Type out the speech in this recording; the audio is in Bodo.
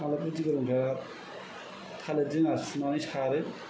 मालाय बुददि गोरोंफ्रा थालिर दिङा सुनानै सारो